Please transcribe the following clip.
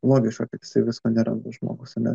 logiška kad jisai visko neranda žmogus ane